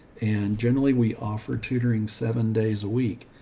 and generally we offer tutoring seven days a week.